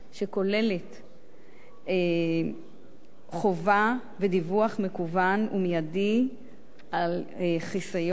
שכוללת חובה ודיווח מקוון ומיידי על חיסון